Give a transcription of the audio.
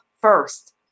first